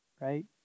Right